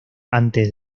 antes